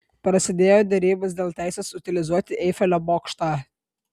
prasidėjo derybos dėl teisės utilizuoti eifelio bokštą